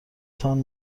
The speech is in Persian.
تان